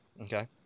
Okay